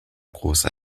großer